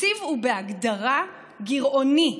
התקציב הוא בהגדרה גירעוני,